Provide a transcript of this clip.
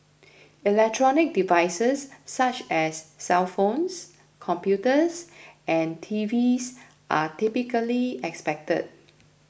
electronic devices such as cellphones computers and TVs are typically expected